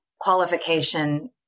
qualification